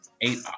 eight